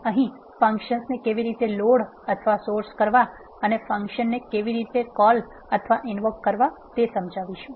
અહી ફંક્શન ને કેવી રીતે લોડ અથવા સોર્સ કરવા અને ફંક્શન ને કેવી રીતે કોલ અથવા ઇનવોક કરવા તે સમજાવશું